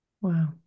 Wow